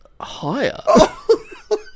Higher